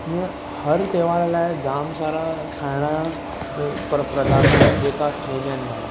इएं हर त्यौहार लाइ जाम सारा खाइणा पर परदाता आहिनि जेके खाईंदा आहिनि माण्हू